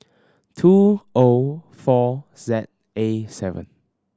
two O four Z A seven